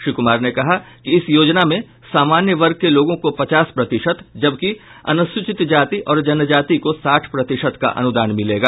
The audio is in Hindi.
श्री कुमार ने कहा कि इस योजना में सामान्य वर्ग के लोगों को पचास प्रतिशत जबकि अनुसूचित जाति और जनजाति को साठ प्रतिशत का अनुदान मिलेगा